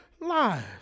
lives